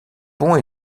pont